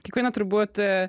kiekviena turbūt e